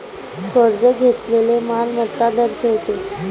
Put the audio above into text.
कर्ज घेतलेली मालमत्ता दर्शवते